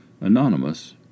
Anonymous